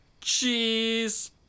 Cheese